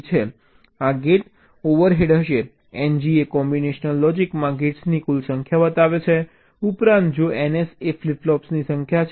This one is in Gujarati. આ ગેટ ઓવરહેડ હશે ng એ કોમ્બિનેશનલ લોજિકમાં ગેટ્સની કુલ સંખ્યા છે ઉપરાંત જો ns એ ફ્લિપ ફ્લોપની સંખ્યા છે